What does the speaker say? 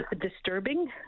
disturbing